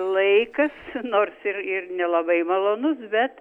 laikas nors ir ir nelabai malonus bet